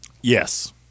Yes